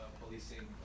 policing